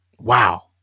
Wow